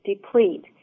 deplete